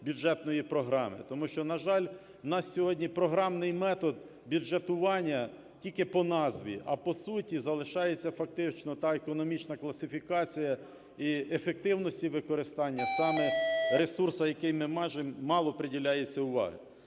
бюджетної програми. Тому що, на жаль, в нас сьогодні програмний метод бюджетування тільки по назві, а по суті залишається фактично та економічна класифікація і ефективності використання саме ресурсу, якому мало приділяється уваги.